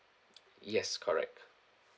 yes correct